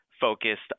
focused